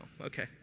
okay